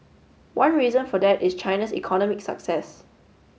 one reason for that is China's economic success